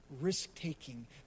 risk-taking